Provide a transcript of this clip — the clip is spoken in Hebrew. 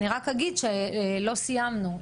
אני רק אגיד שלא סיימנו,